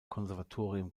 konservatorium